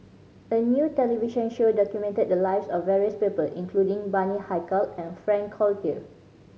a new television show documented the lives of various people including Bani Haykal and Frank Cloutier